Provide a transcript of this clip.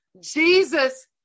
Jesus